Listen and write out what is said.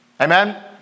Amen